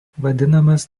vadinamas